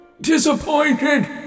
DISAPPOINTED